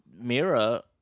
Mira